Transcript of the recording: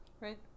right